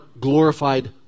glorified